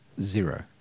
Zero